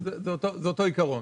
זה אותו עיקרון.